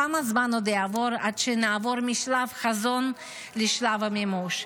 כמה זמן עוד יעבור עד שנעבור משלב החזון לשלב המימוש,